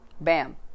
Bam